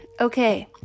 Okay